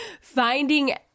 finding